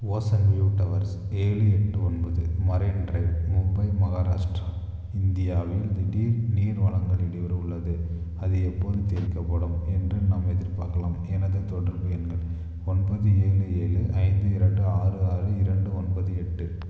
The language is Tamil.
ஓசன் வியூ டவர்ஸ் ஏழு எட்டு ஒன்பது மரைன் டிரைவ் மும்பை மஹாராஷ்டிரா இந்தியாவில் திடீர் நீர் வழங்கல் இடையூறு உள்ளது அது எப்போது தீர்க்கப்படும் என்று நாம் எதிர்பார்க்கலாம் எனது தொடர்பு எண்கள் ஒன்பது ஏழு ஏழு ஐந்து இரண்டு ஆறு ஆறு இரண்டு ஒன்பது எட்டு